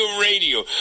Radio